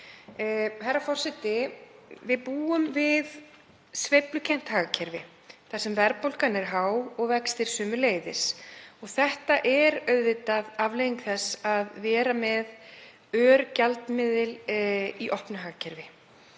Herra forseti. Við búum við sveiflukennt hagkerfi þar sem verðbólga er há og vextir sömuleiðis og það er auðvitað afleiðing þess að vera með örgjaldmiðil í opnu hagkerfi.